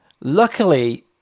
luckily